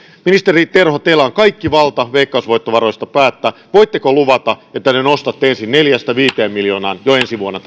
ministeri terho teillä on kaikki valta veikkausvoittovaroista päättää voitteko luvata että te nostatte tämän määrärahan ensin neljästä viiteen miljoonaan jo ensi vuonna